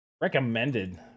Recommended